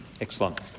Excellent